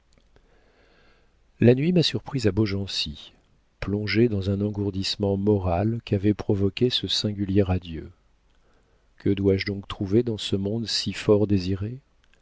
la nuit m'a surprise à beaugency plongée dans un engourdissement moral qu'avait provoqué ce singulier adieu que dois-je donc trouver dans ce monde si fort désiré